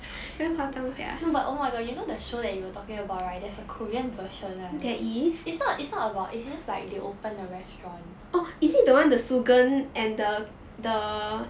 no but oh my god you know the show that you were talking about right there's a korean version [one] it's not it's not about it's just like they opened a restaurant